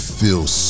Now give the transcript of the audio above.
feels